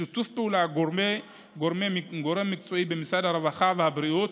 בשיתוף פעולה של גורם מקצועי במשרד הרווחה והבריאות,